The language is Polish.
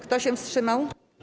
Kto się wstrzymał?